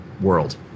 world